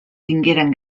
tingueren